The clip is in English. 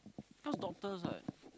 cause doctors what